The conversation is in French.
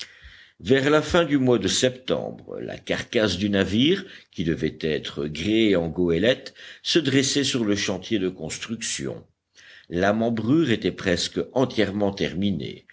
vers la fin du mois de septembre la carcasse du navire qui devait être gréé en goélette se dressait sur le chantier de construction la membrure était presque entièrement terminée